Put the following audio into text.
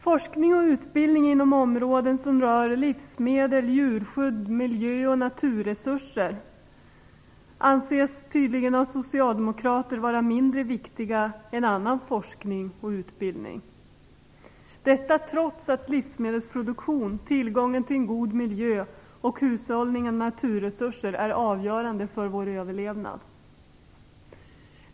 Forskning och utbildning inom områden som rör livsmedel, djurskydd, miljö och naturresurser anses tydligen av socialdemokrater vara mindre viktig än annan forskning och utbildning - detta trots att livsmedelsproduktion, tillgången till en god miljö och hushållning med naturresurser är avgörande för vår överlevnad.